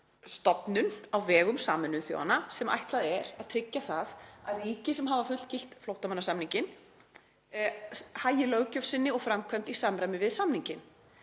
stofnun á vegum Sameinuðu þjóðanna sem ætlað er að tryggja að ríki sem hafa fullgilt flóttamannasamninginn hagi löggjöf sinni og framkvæmd í samræmi við samninginn.